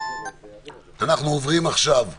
אנחנו עוברים עכשיו סעיף-סעיף,